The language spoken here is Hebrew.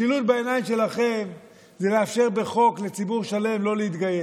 משילות בעיניים שלכם זה לאפשר בחוק לציבור שלם לא להתגייס,